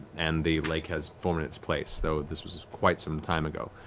and the lake has formed in its place, though this was quite some time ago.